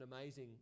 amazing